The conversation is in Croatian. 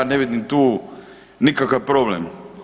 Ja ne vidim tu nikakav problem.